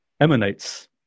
emanates